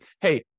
hey